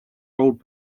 old